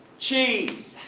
cheese!